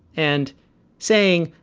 and saying,